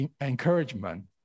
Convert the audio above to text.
encouragement